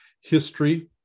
history